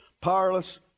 powerless